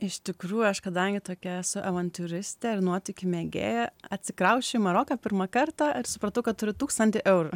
iš tikrųjų aš kadangi tokia esu avantiūristė ir nuotykių mėgėja atsikrausčiau į maroką pirmą kartą ir supratau kad turiu tūkstantį eurų